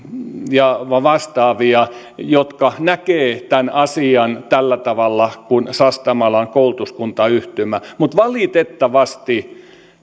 ja vastaavia jotka näkevät tämän asian tällä tavalla kuin sastamalan koulutuskuntayhtymä mutta valitettavasti